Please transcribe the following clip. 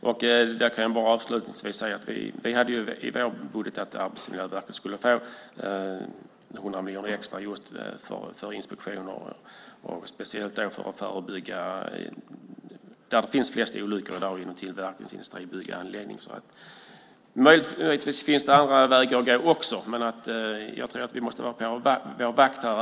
Jag kan avslutningsvis säga att vi i vår budget hade 100 miljoner extra till Arbetsmiljöverket just för inspektion, speciellt för att förebygga olyckor där de förekommer mest - inom tillverkningsindustrin och bygg och anläggningssektorn. Möjligtvis finns det också andra vägar att gå, men jag tror att vi måste vara på vår vakt.